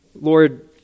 Lord